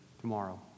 tomorrow